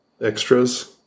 extras